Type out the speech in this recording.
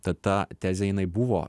tad ta tezė jinai buvo